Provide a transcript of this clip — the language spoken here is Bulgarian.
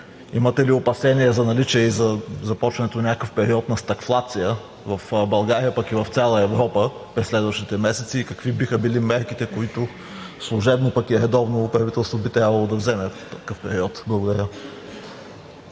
имате ли опасения за наличие и за започване на някакъв период на стагфлация в България, пък и в цяла Европа през следващите месеци и какви биха били мерките, които служебно, пък и редовно правителство би трябвало да вземе, и в какъв период? Благодаря.